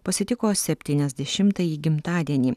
pasitiko septyniasdešimtąjį gimtadienį